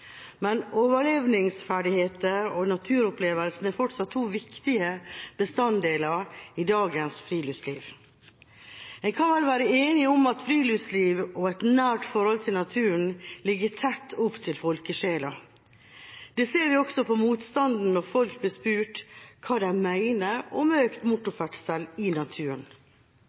men overlevingsferdigheter og naturopplevelser er fortsatt to viktige bestanddeler i dagens friluftsliv. Jeg kan vel være enig i at friluftsliv og et nært forhold til naturen ligger tett opp til folkesjela. Det ser vi også på motstanden når folk blir spurt om hva de mener om økt